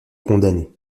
condamné